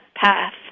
path